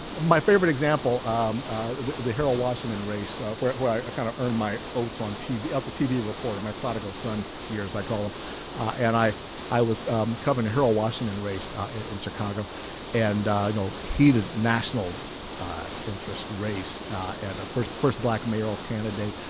my favorite example um the the harold washington race where where i kind of earned my oats on tv of the tv report my prodigal son years i call him and i i was coming to harold washington race in chicago and you know heated national interest race and a first black mayoral candidate